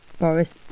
Boris